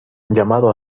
llamado